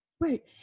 Wait